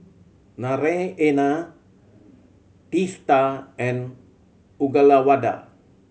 Naraina Teesta and Uyyalawada